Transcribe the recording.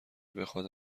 بخواد